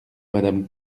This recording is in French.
madame